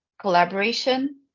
collaboration